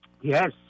Yes